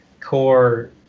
core